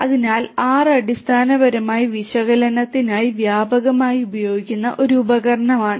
അതിനാൽ R അടിസ്ഥാനപരമായി വിശകലനത്തിനായി വ്യാപകമായി ഉപയോഗിക്കുന്ന ഒരു ഉപകരണമാണ്